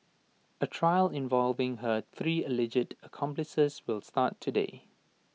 A trial involving her three alleged accomplices will start today